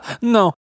No